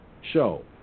show